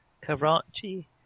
Karachi